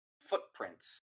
footprints